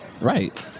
Right